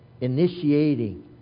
initiating